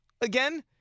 again